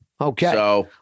Okay